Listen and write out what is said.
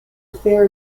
affair